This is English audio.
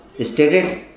stated